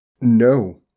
No